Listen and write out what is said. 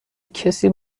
کسی